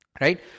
right